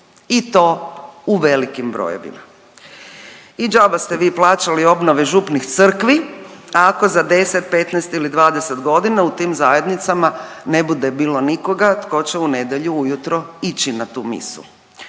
i to u velikim brojevima. I džaba ste vi plaćali obnove župnih crkvi ako za 10., 15. ili 20.g. u tim zajednicama ne bude bilo nikoga tko će u nedjelju ujutro ići na tu misu.